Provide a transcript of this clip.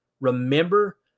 remember